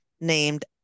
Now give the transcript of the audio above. named